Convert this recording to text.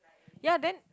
ya then